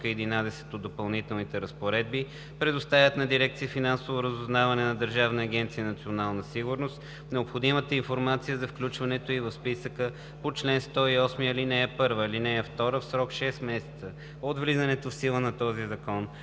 т. 11 от допълнителните разпоредби предоставят на дирекция „Финансово разузнаване“ на Държавна агенция „Национална сигурност“ необходимата информация за включването ѝ в списъка по чл. 108а, ал. 1. (2) В срок 6 месеца от влизането в сила на този закон